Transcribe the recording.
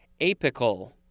apical